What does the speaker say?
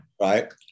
Right